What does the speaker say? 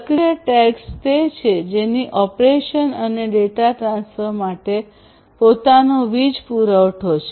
સક્રિય ટેગ્સ તે છે જેની ઓપરેશન અને ડેટા ટ્રાન્સફર માટે પોતાનો વીજ પુરવઠો છે